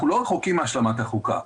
אנחנו לא רחוקים מהשלמת החוקה,